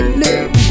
live